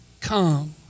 Come